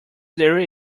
there